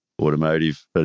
automotive